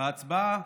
בהצבעה